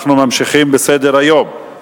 אנחנו ממשיכים בסדר-היום: